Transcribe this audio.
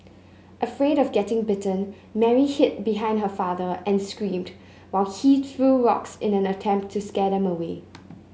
afraid of getting bitten Mary hid behind her father and screamed while he threw rocks in an attempt to scare them away